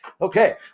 okay